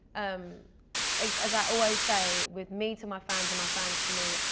um as i always say, with me to my fans and my fans to me,